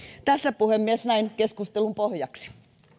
tässä puhemies näin keskustelun pohjaksi